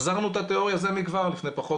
החזרנו את התיאוריה זה מכבר לפני פחות